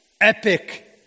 epic